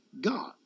God